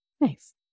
Nice